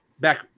back